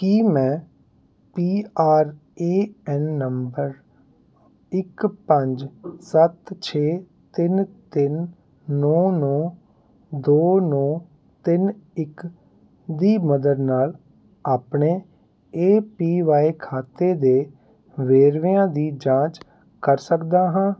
ਕੀ ਮੈਂ P R A N number ਇੱਕ ਪੰਜ ਸੱਤ ਛੇ ਤਿੰਨ ਤਿੰਨ ਨੌ ਨੌ ਦੋ ਨੌ ਤਿੰਨ ਇੱਕ ਦੀ ਮਦਦ ਨਾਲ ਆਪਣੇ ਏ ਪੀ ਬਾਈ ਖਾਤੇ ਦੇ ਵੇਰਵਿਆਂ ਦੀ ਜਾਂਚ ਕਰ ਸਕਦਾ ਹਾਂ